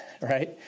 right